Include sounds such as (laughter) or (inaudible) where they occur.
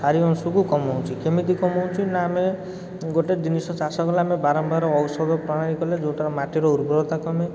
ଖାରିୟ ଅଂଶକୁ କମାଉଛି କେମିତି କମାଉଛି ନା ଆମେ ଗୋଟେ ଜିନିଷକୁ ଚାଷ କଲେ ଆମେ ବାରମ୍ବାର ଔଷଧ (unintelligible) କଲେ ଯେଉଁଟା ମାଟିର ଉର୍ବରତା କମେ